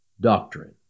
doctrine